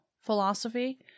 philosophy